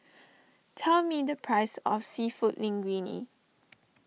tell me the price of Seafood Linguine